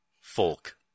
folk